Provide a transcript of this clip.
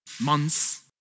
months